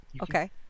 Okay